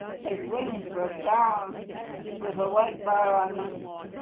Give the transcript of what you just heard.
his wings were brown with a white bar on each.